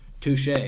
touche